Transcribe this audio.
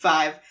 Five